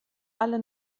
alle